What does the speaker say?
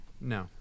No